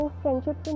friendship